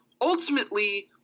ultimately